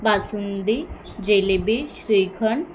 basundi jalebi shrikhand